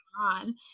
on